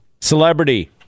Celebrity